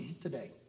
today